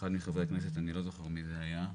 אחד מחברי הכנסת - אני לא זוכר מי זה היה,